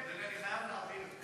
אני חייב להבהיר,